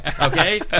Okay